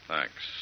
Thanks